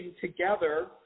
together